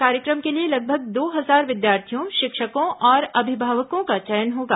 कार्यक्रम के लिये लगभग दो हजार विद्यार्थियों शिक्षकों और अभिभावकों का चयन होगा